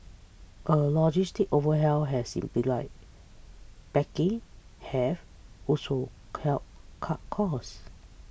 a logistics over hell has simplified packing have also helped cut costs